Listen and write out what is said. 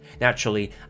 Naturally